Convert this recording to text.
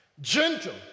gentle